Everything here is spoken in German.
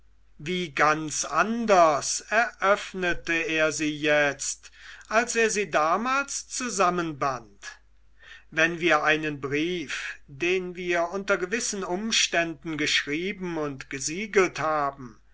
wie ganz anders eröffnete er sie jetzt als er sie damals zusammenband wenn wir einen brief den wir unter gewissen umständen geschrieben und gesiegelt haben